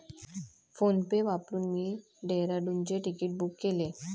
PhonePe वापरून मी डेहराडूनचे तिकीट बुक केले